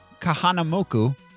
Kahanamoku